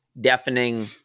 deafening